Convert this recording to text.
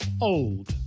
Old